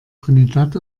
trinidad